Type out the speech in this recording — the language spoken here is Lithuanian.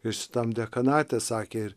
ir šitam dekanate sakė